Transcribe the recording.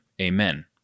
Amen